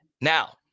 Now